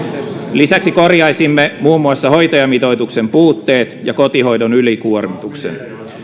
lisäksi korjaisimme muun muassa hoitajamitoituksen puutteet ja kotihoidon ylikuormituksen